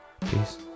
Peace